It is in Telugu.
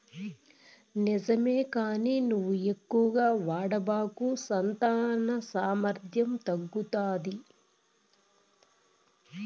నిజమే కానీ నువ్వు ఎక్కువగా వాడబాకు సంతాన సామర్థ్యం తగ్గుతాది